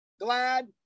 glad